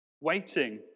Waiting